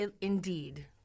indeed